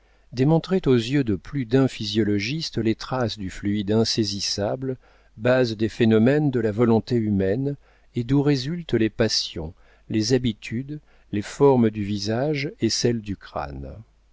démontraient aux yeux de plus d'un physiologiste les traces du fluide insaisissable base des phénomènes de la volonté humaine et d'où résultent les passions les habitudes les formes du visage et celles du crâne